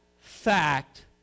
fact